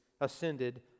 ascended